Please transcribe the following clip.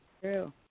true